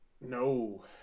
No